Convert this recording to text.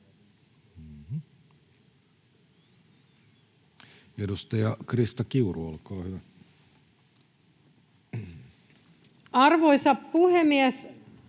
Edustaja Krista Kiuru, olkaa hyvä. [Speech